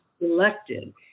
elected